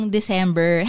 December